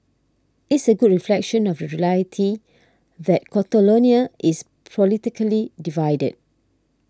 it's a good reflection of the reality that Catalonia is politically divided